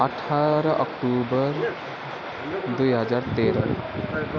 अठार अक्टोबर दुई हजार तेह्र